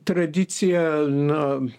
tradicija na